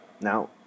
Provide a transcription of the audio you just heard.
Now